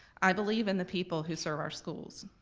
i believe in the people who serve our schools.